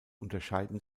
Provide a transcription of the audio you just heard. unterscheiden